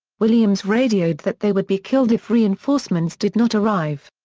williams radioed that they would be killed if reinforcements did not arrive.